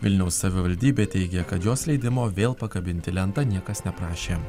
vilniaus savivaldybė teigia kad jos leidimo vėl pakabinti lentą niekas neprašė